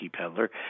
Peddler